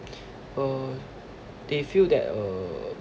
uh they feel that uh